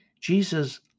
Jesus